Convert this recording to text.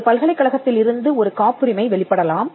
ஒரு பல்கலைக்கழகத்திலிருந்து ஒரு காப்புரிமை வெளிப்படலாம்